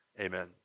Amen